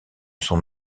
son